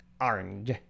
Orange